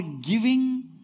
giving